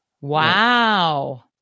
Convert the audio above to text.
Wow